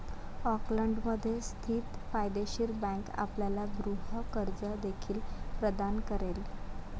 ऑकलंडमध्ये स्थित फायदेशीर बँक आपल्याला गृह कर्ज देखील प्रदान करेल